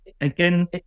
again